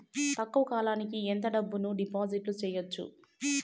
తక్కువ కాలానికి ఎంత డబ్బును డిపాజిట్లు చేయొచ్చు?